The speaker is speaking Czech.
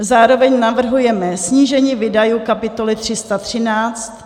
Zároveň navrhujeme snížení výdajů kapitoly 313